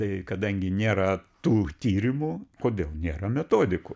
tai kadangi nėra tų tyrimų kodėl nėra metodikų